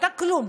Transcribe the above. אתה כלום,